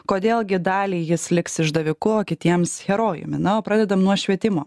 kodėl gi daliai jis liks išdaviku o kitiems herojumi na o pradedam nuo švietimo